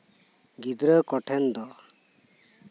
ᱜᱤᱫᱽᱨᱟᱹ ᱠᱚ ᱴᱷᱮᱱ ᱫᱚ